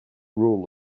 rule